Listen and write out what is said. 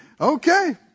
Okay